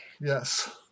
Yes